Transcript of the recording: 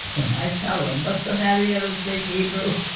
when i tell them, what's the matter you don't speak hebrew?